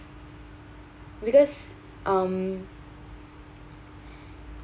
because um